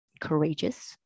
courageous